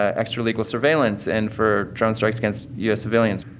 ah extralegal surveillance and for drone strikes against u s. civilians.